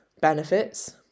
benefits